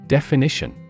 Definition